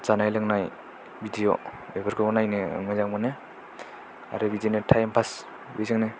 जानाय लोंनाय भिडिय' बेफोरखौ नायनो मोजां मोनो आरो बिदिनो टाइम पास बेजोंनो